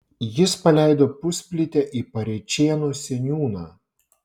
jis paleido pusplytę į parėčėnų seniūną